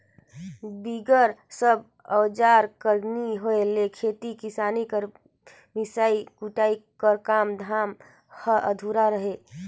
बिगर सब अउजार कर नी होए ले खेती किसानी कर मिसई कुटई कर काम धाम हर अधुरा रहें